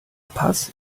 paz